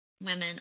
women